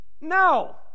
no